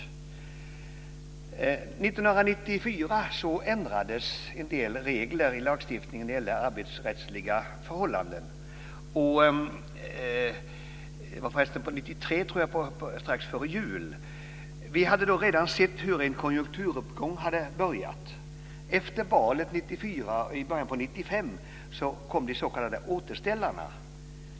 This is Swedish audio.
Strax före jul 1993 ändrades en del regler i den arbetsrättsliga lagstiftningen. Vi hade då redan sett en begynnande konjunkturuppgång. Efter valet 1994 och i början på 1995 kom de s.k. återställarna.